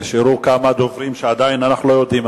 נרשמו כמה דוברים שעדיין אנחנו לא יודעים,